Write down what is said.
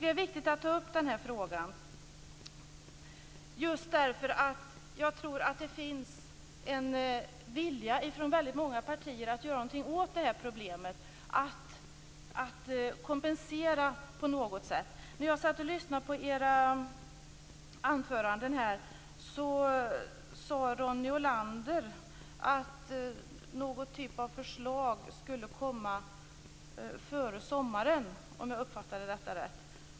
Det är viktigt att ta upp den här frågan, eftersom jag tror att det finns en vilja från många partiers sida att göra någonting åt det här problemet och att kompensera på något sätt. Jag satt och lyssnade på era anföranden. Ronny Olander sade att någon typ av förslag skulle komma före sommaren, om jag uppfattade honom rätt.